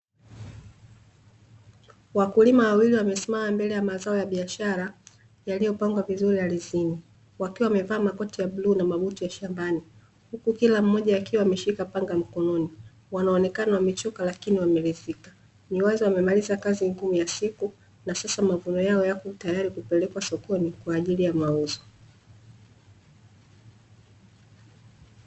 Wakulima wawili wamesimama mbele ya mazao ya biashara yaliyopangwa vizuri ardhini, wakiwa wamevaa makoti ya bluu na mabuti ya shambani, huku kila mmoja akiwa ameshika panga mkononi; wanaonekana wamechoka lakini wameridhika, ni wazi wamemaliza kazi ngumu ya siku na sasa mavuno yao, yako tayari kupelekwa sokoni kwa ajili ya mauzo.